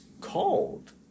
called